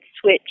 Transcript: switch